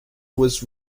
was